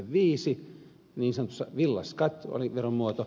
niin sanottu villaskatt oli veromuoto